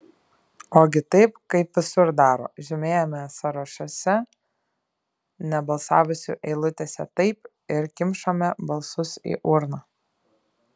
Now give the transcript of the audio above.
ogi taip kaip visur daro žymėjome sąrašuose nebalsavusių eilutėse taip ir kimšome balsus į urną